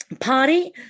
party